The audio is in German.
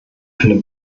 eine